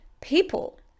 people